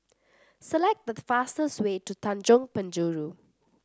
select the fastest way to Tanjong Penjuru